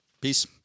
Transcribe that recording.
Peace